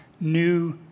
new